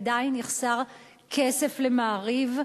עדיין יחסר כסף ל"מעריב".